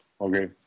Okay